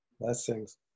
Blessings